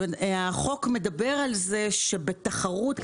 החוק מדבר על זה שבתחרות,